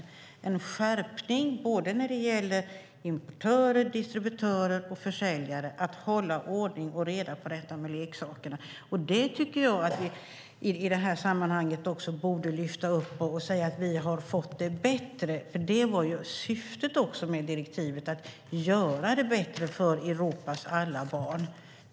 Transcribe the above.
Det är en skärpning för både importörer, distributörer och försäljare när det gäller att hålla ordning och reda på detta med leksakerna. I det här sammanhanget borde vi också lyfta fram att vi har fått det bättre. Syftet med direktivet var ju också att göra det bättre för Europas alla barn.